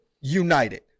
united